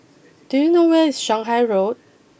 do you know where is Shanghai Road